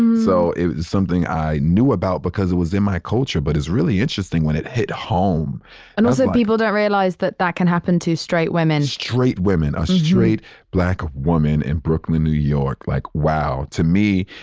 um so it was something i knew about because it was in my culture, but is really interesting when it hit home and also people don't realize that that can happen to straight women straight women. a straight black woman in brooklyn, new york. like, wow, to me,